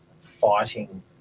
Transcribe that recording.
fighting